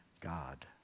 God